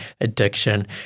addiction